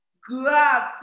grab